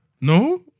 No